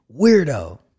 Weirdo